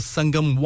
Sangam